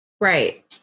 Right